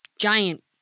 giant